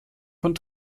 von